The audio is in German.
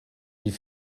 die